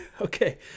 Okay